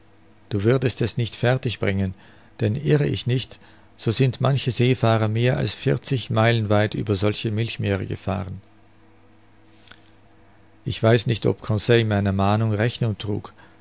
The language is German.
du würdest es nicht fertig bringen denn irre ich nicht so sind manche seefahrer mehr als vierzig meilen weit über solche milchmeere gefahren ich weiß nicht ob conseil meiner mahnung rechnung trug